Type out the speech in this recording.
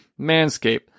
manscape